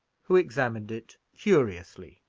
who examined it curiously.